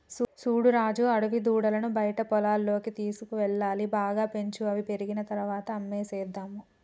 చూడు రాజు ఆడదూడలను బయట పొలాల్లోకి తీసుకువెళ్లాలి బాగా పెంచు అవి పెరిగిన తర్వాత అమ్మేసేద్దాము